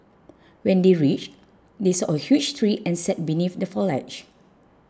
when they reached they saw a huge tree and sat beneath the foliage